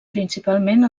principalment